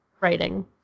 writing